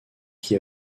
qui